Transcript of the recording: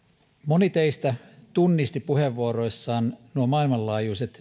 moni teistä tunnisti puheenvuoroissaan nuo maailmanlaajuiset